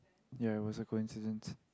ya it was a coincidence